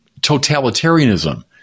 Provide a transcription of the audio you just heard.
totalitarianism